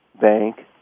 bank